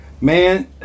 man